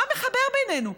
מה מחבר בינינו?